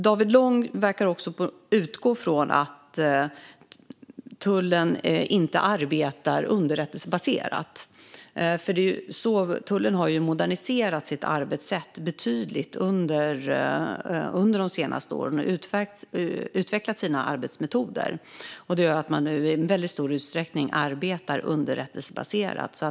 David Lång verkar också utgå från att tullen inte arbetar underrättelsebaserat. Tullen har moderniserat sitt arbetssätt betydligt under de senaste åren och utvecklat sina arbetsmetoder. Det gör att man nu i väldigt stor utsträckning arbetar underrättelsebaserat.